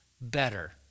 better